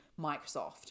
Microsoft